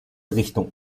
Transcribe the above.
richtung